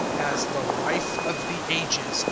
has the life of the ages,